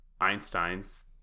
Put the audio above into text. einstein's